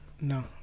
No